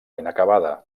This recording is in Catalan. inacabada